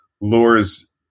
lures